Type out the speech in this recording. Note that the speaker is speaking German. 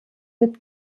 mit